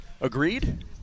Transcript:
agreed